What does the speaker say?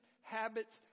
habits